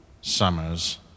Summers